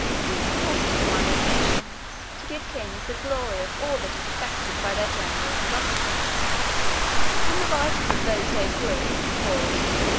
it is the custom among all nations to give kings the glory of all that is effected by their generals and officers and the writers of those days would, of course,